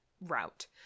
route